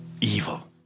Evil